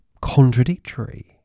contradictory